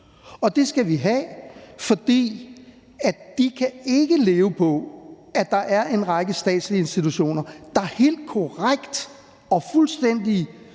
og det skal vi have, fordi de ikke kan leve på, at der er en række statslige organisationer, der helt korrekt og fuldstændig